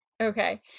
Okay